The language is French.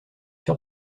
sur